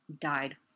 died